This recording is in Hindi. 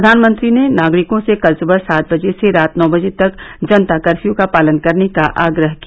प्रधानमंत्री ने नागरिकों से कल सुबह सात बजे से रात नौ बजे तक जनता कर्फ्यू का पालन करने का आग्रह किया